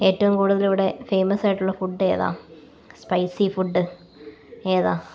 ഏറ്റവും കൂടുതൽ ഇവിടെ ഫേമസ് ആയിട്ടുള്ള ഫുഡ്ഡ് ഏതാണ് സ്പൈസി ഫുഡ്ഡ് ഏതാണ്